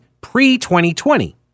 pre-2020